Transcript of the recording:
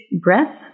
breath